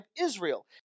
Israel